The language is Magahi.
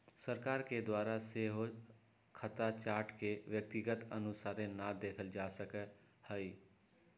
सरकार के द्वारा सेहो खता चार्ट के व्यक्तिगत अनुसारे न देखल जा सकैत हइ